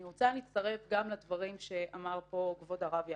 אני רוצה להצטרף גם לדברים שאמר פה כבוד הרב יעקבי.